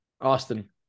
Austin